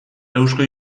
eusko